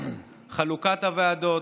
חלוקת הוועדות.